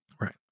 Right